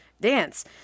Dance